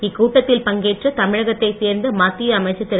இக்கூட்டத்தில் பங்கேற்ற தமிழகத்தைச் சேர்ந்த மத்திய அமைச்சர் திரு